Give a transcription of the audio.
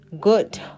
Good